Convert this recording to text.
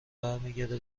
برمیگرده